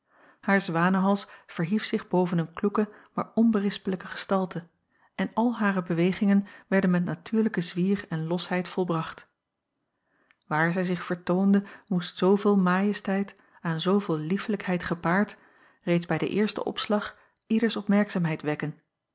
haar zwanehals verhief zich boven een kloeke maar onberispelijke gestalte en al hare bewegingen werden met natuurlijken zwier en losheid volbracht waar zij zich vertoonde moest zooveel majesteit aan zooveel liefelijkheid gepaard reeds bij den eersten opslag ieders opmerkzaamheid wekken